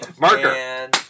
Marker